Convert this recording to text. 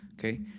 okay